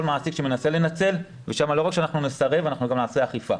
מעסיק שמנסה לנצל ושם לא רק שנסרב אלא גם נעשה אכיפה.